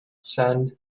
said